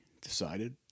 decided